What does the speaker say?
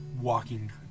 walking